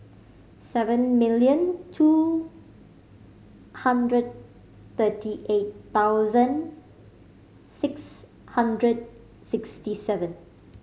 seven million two hundred thirty eight thousand six hundred sixty seven